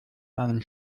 einem